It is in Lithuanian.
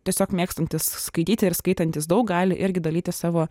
tiesiog mėgstantis skaityti ir skaitantys daug gali irgi dalytis savo